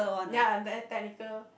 then I very technical